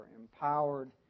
empowered